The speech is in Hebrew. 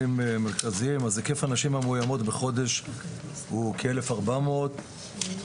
היקף הנשים המאויימות בחודש הוא כאלף ארבע מאות.